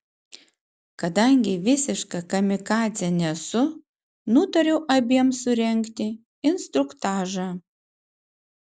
kadangi visiška kamikadzė nesu nutariau abiem surengti instruktažą